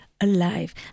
alive